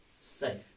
safe